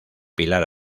pilar